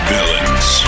Villains